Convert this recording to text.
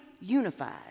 unified